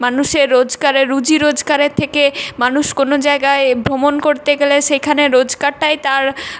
মানুষের রোজগারের রুজি রোজগারের থেকে মানুষ কোনো জায়গায় ভ্রমণ করতে গেলে সেখানে রোজগারটাই তার